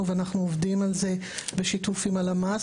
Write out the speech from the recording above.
ואנחנו עובדים על זה בשיתוף עם הלמ"ס.